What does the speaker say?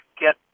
get